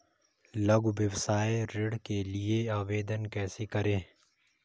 लघु व्यवसाय ऋण के लिए आवेदन कैसे करें?